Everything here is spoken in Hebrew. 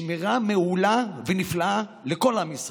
שמירה מעולה ונפלאה לכל עם ישראל,